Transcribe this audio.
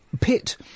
pit